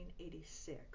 1886